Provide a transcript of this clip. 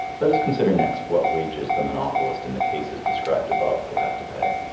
let us consider next what wages the monopolist in the cases described above will have to pay.